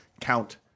count